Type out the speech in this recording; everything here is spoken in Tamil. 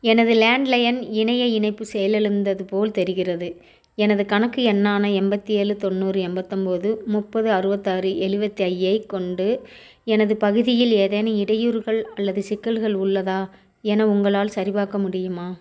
எனது லேண்ட்லையன் இணைய இணைப்பு செயலிழந்தது போல் தெரிகிறது எனது கணக்கு எண்ணான எண்பத்தி ஏழு தொண்ணூறு எண்பத்தொம்போது முப்பது அறுபத்தாறு எழுவத்தி ஐயை கொண்டு எனது பகுதியில் ஏதேனும் இடையூறுகள் அல்லது சிக்கல்கள் உள்ளதா என உங்களால் சரிபார்க்க முடியுமா